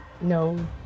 No